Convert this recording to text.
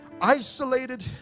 isolated